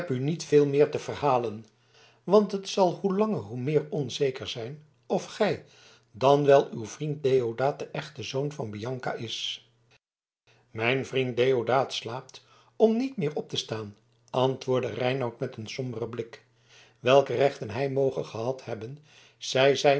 u niet veel meer te verhalen want het zal hoe langer hoe meer onzeker zijn of gij dan wel uw vriend deodaat de echte zoon van bianca is mijn vriend deodaat slaapt om niet weer op te staan antwoordde reinout met een somberen blik welke rechten hij moge gehad hebben zij zijn